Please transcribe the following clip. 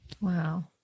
Wow